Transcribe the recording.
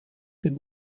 dem